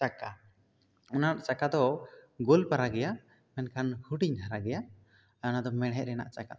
ᱪᱟᱠᱟ ᱚᱱᱟ ᱪᱟᱠᱟ ᱫᱚ ᱜᱳᱞ ᱯᱟᱨᱟ ᱜᱮᱭᱟ ᱮᱱᱠᱷᱟᱱ ᱦᱩᱰᱤᱧ ᱫᱷᱟᱨᱟ ᱜᱮᱭᱟ ᱚᱱᱟ ᱫᱚ ᱢᱮᱲᱦᱮᱫ ᱨᱮᱱᱟᱜ ᱪᱟᱠᱟ ᱛᱟᱦᱮᱱᱟ